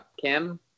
Kim